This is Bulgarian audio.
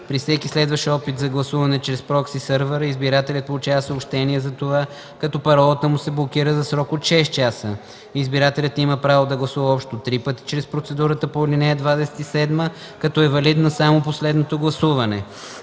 При всеки следващ опит за гласуване чрез прокси-сървър, избирателят получава съобщение за това, като паролата му се блокира за срок от 6 часа. Избирателят има право да гласува общо три пъти чрез процедурата по ал. 27, като е валидно само последното гласуване.